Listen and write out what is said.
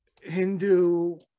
hindu